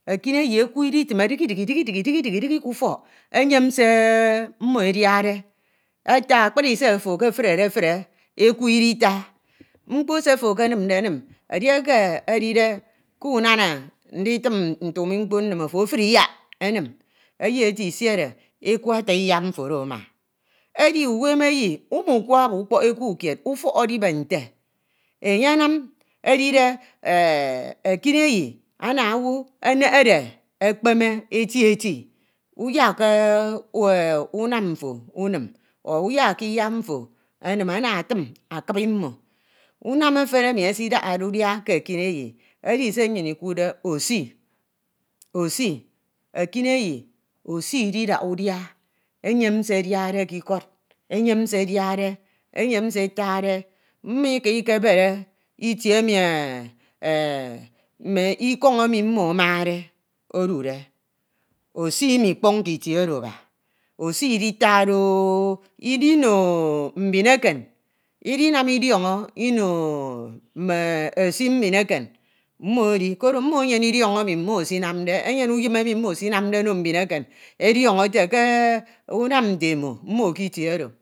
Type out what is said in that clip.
eku iditeme aihi dihi dihi dihi dihi ke ufọk eyem se mmo ediade ata se ofo ekefredefre, eku idita se ofo ekenimde nim, tchieke akanwande ndiq́oatimi mkpo nnim ufre mkpo, eyi ete isiere eku ata iyak mfo ama edi uwemeyi umukwe ukpọk eku keed, ufọk edibe nte enye anam edide ekineyi ana owu enehere ekpeme eti eti. uyakke unam efen eyi edi se myin ikuudde osi, ekineyi osi ididaha udia, eyem se adiade ke ikod. eyem seadude ke ikọd eyem e, etade mmo ika ikebere itie emi mme ikọn̄ emi mmo amade edude osi imikpọn̄ke itie oro aba, osi idita do- o, idinam idiono mo mbin eken mmo edi koro mmo idiọn̄ọ mmo esinamde ono mbin eken, e- ohọn̄Jio ete ke unam nte mmo ke itie oro mmo j do, mmo eketa mme ikọn̄ oro ekineyi oro, eta ekineyi oro edi inyun̄ unwana otoyin̄o ndidi ke enyon̄ ukwe ukpọk mmo kied abaij, itie eke mmo ekededu mmo ekeyem itie akuba ọnyun̄ ebed mmo adaha udia, edi esifina ke nkan nnyan enumme ata- utip dmj emyenede mfanish ekeme ndika nkebere edi kudim, mmo esisan̄a k’uchim owu kied ekeme ndinyere iba, ita. ikpo imen idi ofo efehe. koro ubak edid ama onion̄ tutu edid okobo, Atautip esikanen edi ke ikọd edi mme owu etetie. Nyene mfanisi iketip edi kied omobo ata adiwak okiek